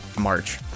March